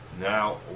now